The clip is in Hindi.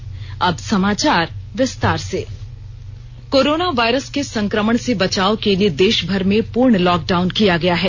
लॉकडाउन चौथा दिन कोरोना वायरस के संक्रमण से बचाव के लिए देषभर में पूर्ण लॉकडाउन किया गया है